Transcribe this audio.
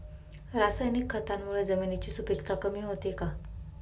रासायनिक खतांमुळे जमिनीची सुपिकता कमी होते का?